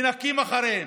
מנקים אחריהם,